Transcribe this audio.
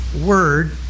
word